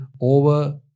over